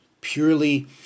purely